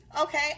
okay